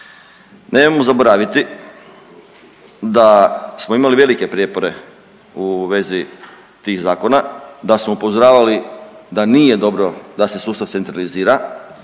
Nemojmo zaboraviti da smo imali velike prijepore u vezi tih zakona, da smo upozoravali da nije dobro da se sustav centralizira,